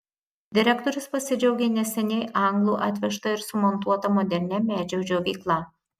direktorius pasidžiaugė neseniai anglų atvežta ir sumontuota modernia medžio džiovykla